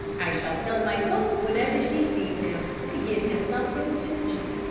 i shall tell my cook whenever she sees him to give him something to eat.